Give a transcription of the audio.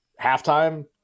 halftime